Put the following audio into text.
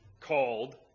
called